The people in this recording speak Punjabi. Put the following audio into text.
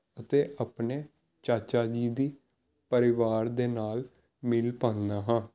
ਅਤੇ ਆਪਣੇ ਚਾਚਾ ਜੀ ਦੇ ਪਰਿਵਾਰ ਦੇ ਨਾਲ ਮਿਲ ਪਾਉਂਦਾ ਹਾਂ